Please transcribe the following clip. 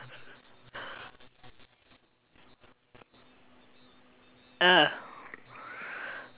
ah